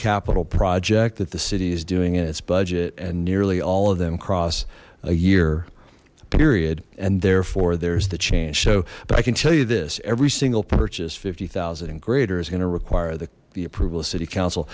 capital project that the city is doing in its budget and nearly all of them cross a year period and therefore there's the change so but i can tell you this every single purchase fifty thousand and greater is going to require the approval of city council